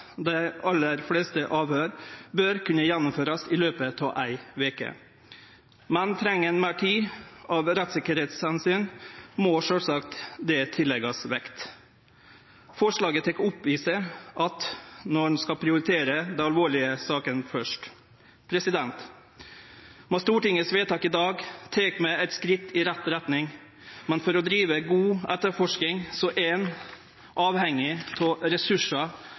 dei alle fleste avhøyra bør kunne gjennomførast i løpet av ei veke, men treng ein meir tid av rettssikkerheitsomsyn, må sjølvsagt det tilleggjast vekt. Forslaget tek opp i seg at ein skal prioritere dei alvorlege sakene først. Med Stortingets vedtak i dag tek vi eit skritt i rett retning, men for å drive god etterforsking er ein avhengig av ressursar,